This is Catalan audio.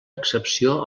excepció